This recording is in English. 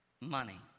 money